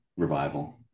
revival